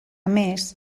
més